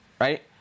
right